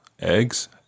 eggs